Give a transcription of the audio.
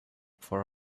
for